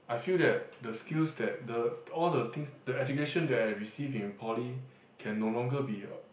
I feel that the skills that the all the things the education that I received in Poly can no longer be a